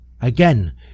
Again